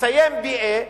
יסיים BA,